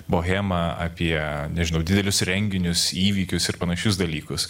bohemą apie nežinau didelius renginius įvykius ir panašius dalykus